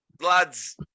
lads